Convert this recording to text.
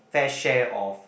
fair share of